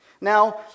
Now